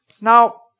Now